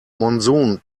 monsoon